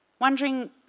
wondering